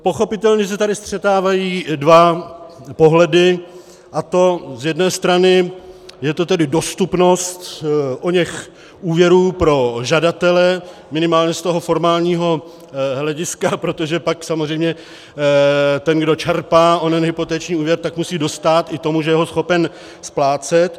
Pochopitelně se tady střetávají dva pohledy, a to z jedné strany je to tedy dostupnost oněch úvěrů pro žadatele, minimálně z toho formálního hlediska, protože pak samozřejmě ten, kdo čerpá onen hypoteční úvěr, musí dostát i tomu, že je ho schopen splácet.